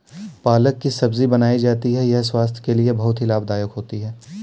पालक की सब्जी बनाई जाती है यह स्वास्थ्य के लिए बहुत ही लाभदायक होती है